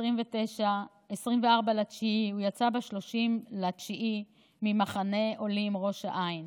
בספטמבר ויצא ב-30 בספטמבר ממחנה עולים ראש העין.